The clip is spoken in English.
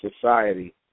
society